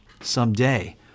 someday